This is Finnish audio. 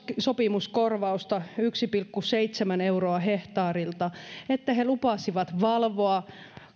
sopimuskorvausta yksi pilkku seitsemän euroa hehtaarilta siitä että he lupasivat valvoa